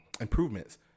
improvements